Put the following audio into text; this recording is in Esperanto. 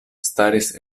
staris